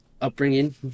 upbringing